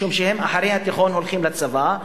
משום שאחרי התיכון הם הולכים לצבא,